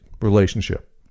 relationship